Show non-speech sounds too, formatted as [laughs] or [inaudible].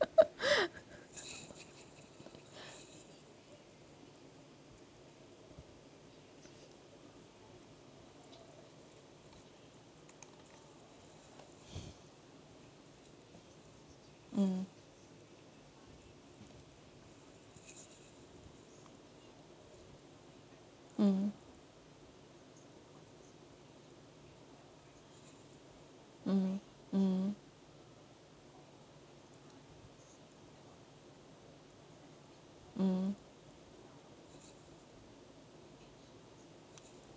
[laughs] [breath] mm mm mm mm mm